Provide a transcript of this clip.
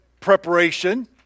preparation